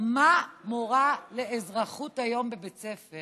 מה מורה לאזרחות בבית ספר